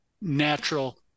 natural